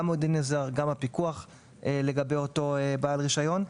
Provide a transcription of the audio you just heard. גם עם הדין הזר והפיקוח לגבי אותו בעל רישיון.